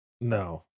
No